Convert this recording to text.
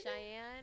Cheyenne